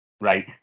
right